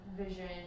vision